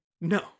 No